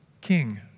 King